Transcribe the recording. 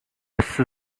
四十